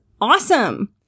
awesome